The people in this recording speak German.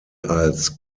als